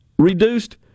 Reduced